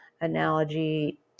analogy